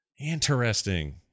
Interesting